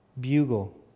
bugle